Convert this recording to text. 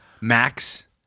Max